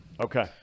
Okay